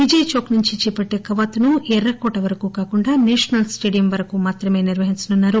విజయ్ చౌక్ నుంచి చేపట్టే కవాతును ఎర్రకోట వరకూ కాకుండా నేషనల్ స్టేడియం వరకు మాత్రమే నిర్వహించనున్నారు